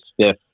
stiff